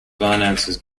finances